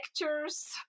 lectures